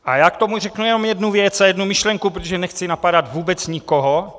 A já k tomu řeknu jenom jednu věc a jednu myšlenku, protože nechci napadat vůbec nikoho.